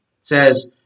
says